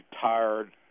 tired